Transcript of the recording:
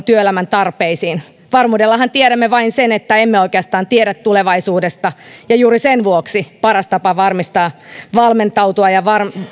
työelämän tarpeisiin varmuudellahan tiedämme vain sen että emme oikeastaan tiedä tulevaisuudesta ja juuri sen vuoksi paras tapa valmentautua